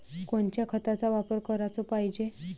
कोनच्या खताचा वापर कराच पायजे?